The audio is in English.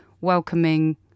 welcoming